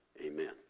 Amen